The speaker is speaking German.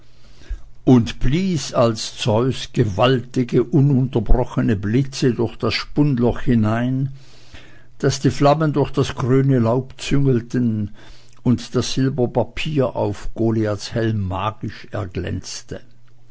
und blies als zens gewaltige ununterbrochene blitze durch das spundloch hinein daß die flammen durch das grüne laub züngelten und das silberpapier auf goliaths helm magisch erglänzte